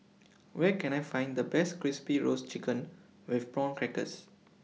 Where Can I Find The Best Crispy Roasted Chicken with Prawn Crackers